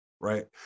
Right